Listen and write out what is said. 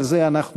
על זה אנחנו,